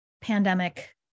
Pandemic